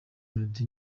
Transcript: melodie